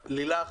כאן לילך